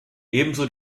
ebenso